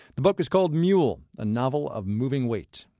the book is called mule a novel of moving weight.